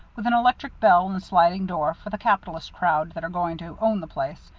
with an electric bell and sliding door, for the capitalist crowd that are going to own the place.